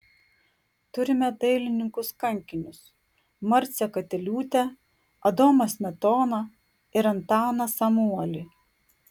turime dailininkus kankinius marcę katiliūtę adomą smetoną ir antaną samuolį